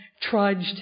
trudged